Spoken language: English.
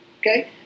Okay